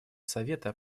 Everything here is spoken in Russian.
совета